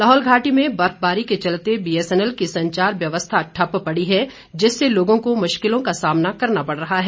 लाहौल घाटी में बर्फबारी के चलते बीएसएनएल की संचार व्यवस्था ठप्प पड़ी है जिससे लोगों को मुश्किलों का सामना करना पड़ रहा है